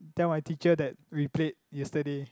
tell my teacher that we played yesterday